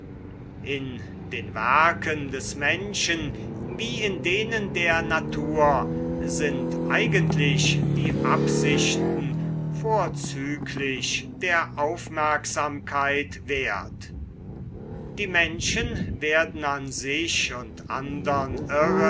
in den werken des menschen wie in denen der natur sind eigentlich die absichten vorzüglich der aufmerksamkeit wert die menschen werden an sich und andern